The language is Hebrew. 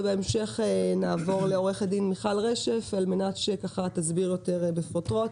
ובהמשך נעבור לעורכת דין מיכל רשף על מנת שהיא תסביר יותר בפרוטרוט.